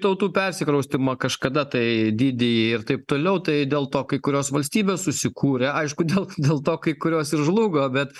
tautų persikraustymą kažkada tai dydįjį ir taip toliau tai dėl to kai kurios valstybės susikūrė aišku dėl dėl to kai kurios ir žlugo bet